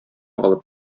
алып